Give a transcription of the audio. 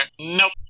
Nope